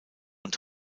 und